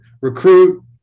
recruit